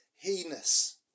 heinous